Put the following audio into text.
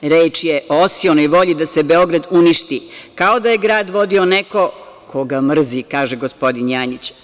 Reč je o osionoj volji da se Beograd uništi, kao da je grad vodio neko ko ga mrzi kaže gospodin Janjić.